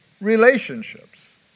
relationships